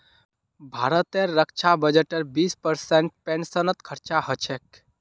भारतेर रक्षा बजटेर बीस परसेंट पेंशनत खरचा ह छेक